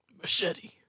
Machete